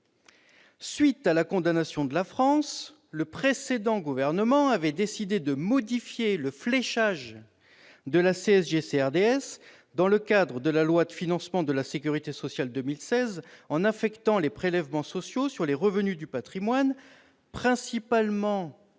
suite de la condamnation de la France, le précédent gouvernement avait décidé de modifier le fléchage de la CSG-CRDS, dans le cadre de la loi de financement de la sécurité sociale pour 2016, en affectant les prélèvements sociaux sur les revenus du patrimoine principalement